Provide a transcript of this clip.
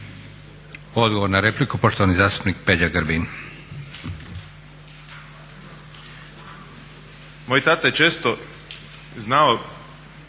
Odgovor na repliku poštovani zastupnik Peđa Grbin.